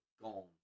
gone